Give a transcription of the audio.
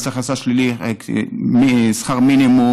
מס הכנסה שלילי משכר מינימום,